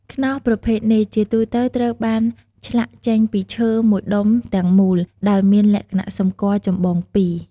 ខ្នោសប្រភេទនេះជាទូទៅត្រូវបានឆ្លាក់ចេញពីឈើមួយដុំទាំងមូល ដោយមានលក្ខណៈសម្គាល់ចម្បងពីរ។